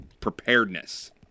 preparedness